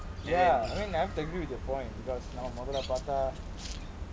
ya I mean I have to agree with your point because now மொதல பார்தா:mothala paartha